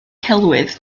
celwyddau